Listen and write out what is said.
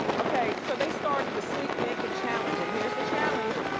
okay, so they started the sleep naked challenge and here's the challenge.